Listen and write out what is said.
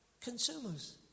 consumers